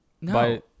No